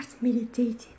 meditating